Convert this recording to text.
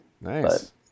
Nice